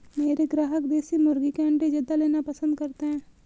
मेरे ग्राहक देसी मुर्गी के अंडे ज्यादा लेना पसंद करते हैं